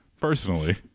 personally